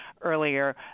earlier